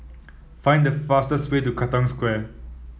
find the fastest way to Katong Square